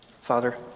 Father